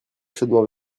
chaudement